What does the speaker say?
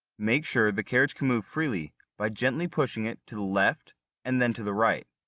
make sure the carriage can move freely by gently pushing it to the left and then to the right.